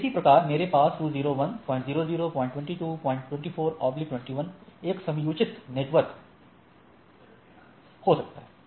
फिर इसी प्रकार मेरे पास 201002224 21 एक समुच्चयित नेटवर्क हो सकता है